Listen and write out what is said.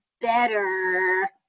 better